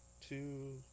two